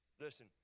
Listen